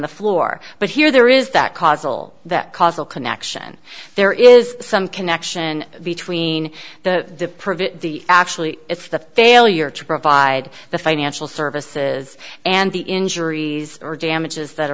the floor but here there is that caused that causal connection there is some connection between the prove it the actually it's the failure to provide the financial services and the injuries or damages that